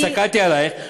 הסתכלתי עלייך,